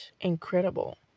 incredible